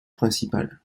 principal